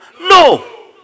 No